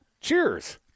Cheers